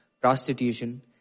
prostitution